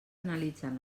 analitzant